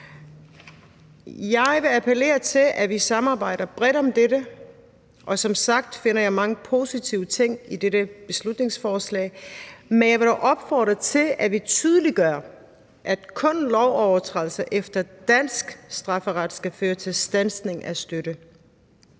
Jeg vil appellere til, at vi samarbejder bredt om dette, og som sagt finder jeg mange positive ting i dette beslutningsforslag, men jeg vil dog opfordre til, at vi tydeliggør, at kun lovovertrædelser efter dansk strafferet skal føre til standsning af støtte,